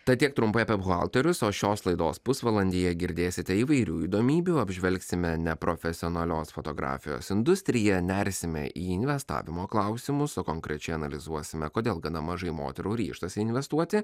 tad tiek trumpai apie buhalterius o šios laidos pusvalandyje girdėsite įvairių įdomybių apžvelgsime neprofesionalios fotografijos industriją nersime į investavimo klausimus o konkrečiai analizuosime kodėl gana mažai moterų ryžtasi investuoti